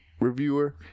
reviewer